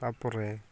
ᱛᱟᱯᱚᱨᱮ